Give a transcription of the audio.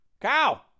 Cow